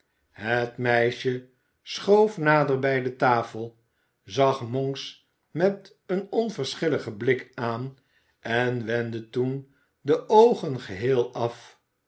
het meisje schoof nader bij de tafel zag monks met een onverschilligen blik aan en wendde toen de oogen geheel af